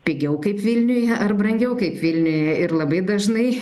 pigiau kaip vilniuje ar brangiau kaip vilniuje ir labai dažnai